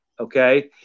Okay